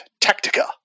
Tactica